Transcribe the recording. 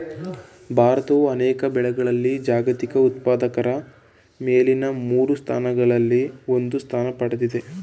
ಭಾರತವು ಅನೇಕ ಬೆಳೆಗಳಲ್ಲಿ ಜಾಗತಿಕ ಉತ್ಪಾದಕರ ಮೇಲಿನ ಮೂರು ಸ್ಥಾನಗಳಲ್ಲಿ ಒಂದು ಸ್ಥಾನ ಪಡೆದಿದೆ